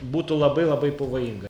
būtų labai labai pavojinga